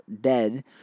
dead